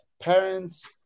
parents